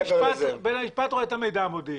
בית המשפט רואה את המידע המודיעיני.